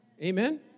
Amen